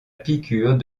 piqûre